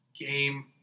game